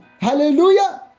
hallelujah